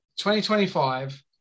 2025